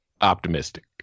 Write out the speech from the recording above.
optimistic